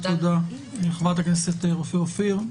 תודה לחברת הכנסת רופא אופיר.